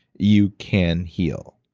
you can heal